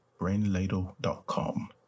BrainLadle.com